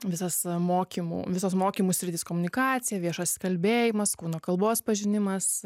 visas mokymų visos mokymų sritys komunikacija viešasis kalbėjimas kūno kalbos pažinimas